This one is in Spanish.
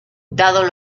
dados